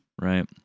Right